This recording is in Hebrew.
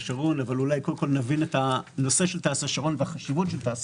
אולי קודם נבין את הנושא של תע"ש השרון ואת חשיבותו.